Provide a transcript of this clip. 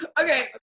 Okay